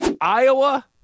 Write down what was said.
Iowa